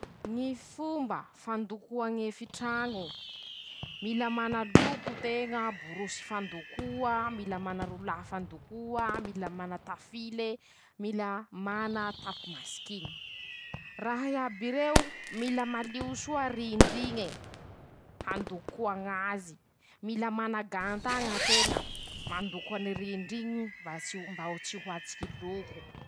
Ñy fomba fandokoa ñ'efitraño: -Mila mana loko teña, borosy fandokoa, mila mana rolà fandokoa, mila mana tafile, mila mana tapy masikiñy, raha iaby reo, mila malio soa rindr'iñe, handokoa ñazy, mila mana gan-taña teña, mandoko any rindry iñy, mba ts mba tsy ho atsiky loko.